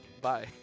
Bye